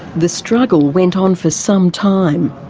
the struggle went on for some time.